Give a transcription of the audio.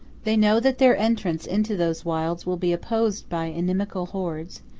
they know that their entrance into those wilds will be opposed by inimical hordes,